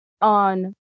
on